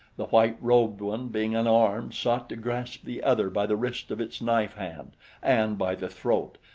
the white-robed one being unarmed sought to grasp the other by the wrist of its knife-hand and by the throat,